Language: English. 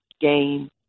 game